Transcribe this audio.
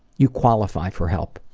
you qualify for help,